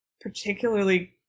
particularly